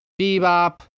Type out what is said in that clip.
Bebop